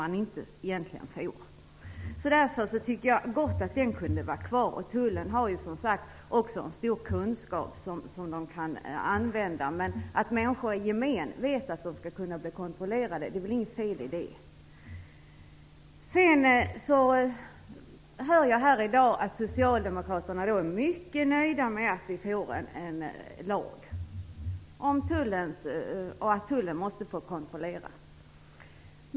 Jag tycker därför att denna gott kan få vara kvar. Tullen har också, som sagts, en stor kunskap som man kan använda sig av. Det är väl inte något fel i att människor i gemen vet att de kan bli kontrollerade. Jag hör här i dag att socialdemokraterna är mycket nöjda med att vi får en lag som ger tullen möjlighet att kontrollera.